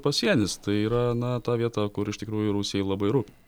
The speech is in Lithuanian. pasienis tai yra na ta vieta kur iš tikrųjų rusijai labai rūp